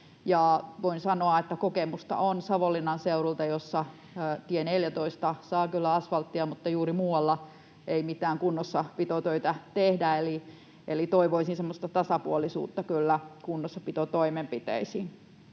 Voin sanoa, että kokemusta on Savonlinnan seudulta, missä tie 14 saa kyllä asfalttia mutta juuri muualla ei mitään kunnossapitotöitä tehdä. Eli kyllä toivoisin semmoista tasapuolisuutta kunnossapitotoimenpiteisiin.